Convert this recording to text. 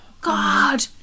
God